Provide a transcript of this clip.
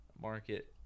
market